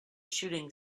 shooting